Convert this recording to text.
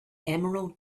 emerald